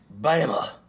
Bama